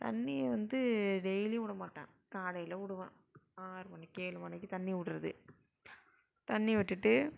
தண்ணீர் வந்து டெய்லியும் விடமாட்டேன் காலையில் விடுவேன் ஆறுமணிக்கு ஏழுமணிக்கு தண்ணீ ர் விடுறது தண்ணீர் விட்டுட்டு